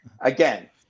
again